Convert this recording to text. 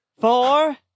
four